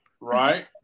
Right